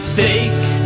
fake